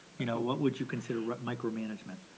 you know what would you consider micromanagement